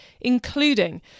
including